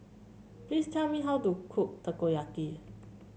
please tell me how to cook Takoyaki